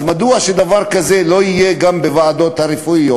אז מדוע שדבר כזה לא יהיה גם בוועדות הרפואיות?